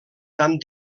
tant